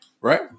Right